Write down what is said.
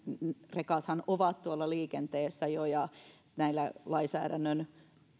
rekathan ovat tuolla liikenteessä jo ja näillä lainsäädännön